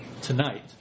Tonight